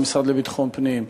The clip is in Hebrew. גם המשרד לביטחון פנים,